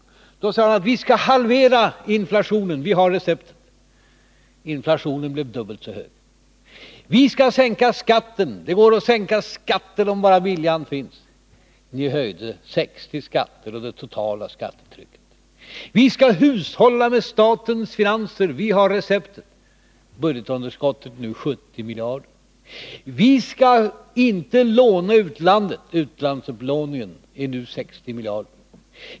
Då sade ni: Vi skall halvera inflationen. Vi har receptet. — Inflationen blev dubbelt så hög. Vi skall sänka skatten. Det går att sänka skatten, om bara viljan finns. — Ni höjde 60 skatter och det totala skattetrycket. Vi skall hushålla med statens finanser. Vi har receptet. — Budgetunderskottet uppgår nu till 70 miljarder. Vi skall inte låna i utlandet. — Utlandsupplåningen uppgår nu till 60 miljarder.